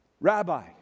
Rabbi